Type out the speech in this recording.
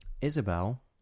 Isabel